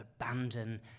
abandon